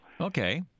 Okay